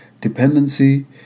dependency